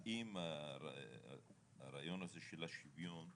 האם הרעיון הזה של השוויון,